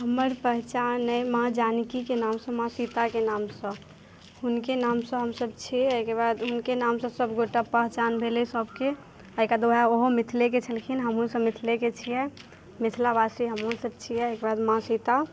हमर पहचान अइ माँ जानकीके नामसँ माँ सीताके नामसँ हुनके नामसँ हमसब छियै एहिके बाद हुनके नामसँ सब गोटा पहचान भेलै सबके एहिके बाद ओ हो मिथिलेके छलखिन हमहूँ सब मिथिलेके छियै मिथिलावासी हमहूँ सब छियै एहिके बाद माँ सीता